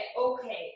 okay